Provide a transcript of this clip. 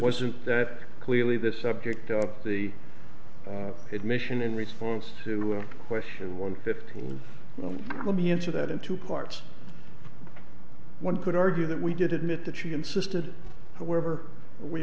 wasn't that clearly the subject of the admission in response to question one fifty one let me answer that in two parts one could argue that we did admit that she insisted however we